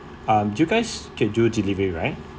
um you guys can do delivery right